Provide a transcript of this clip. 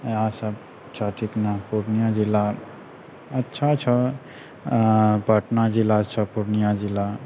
इएह सब छौ ठीक ने पूर्णिया जिला अच्छा छौ आओर पटना जिलासँ छौ पूर्णिया जिला